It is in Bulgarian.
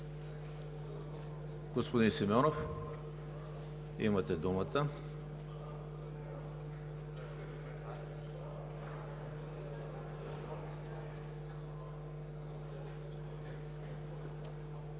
Господин Симеонов, имате думата.